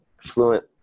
fluent